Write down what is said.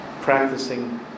practicing